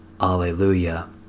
Alleluia